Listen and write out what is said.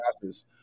passes